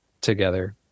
together